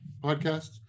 podcast